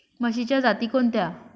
म्हशीच्या जाती कोणत्या?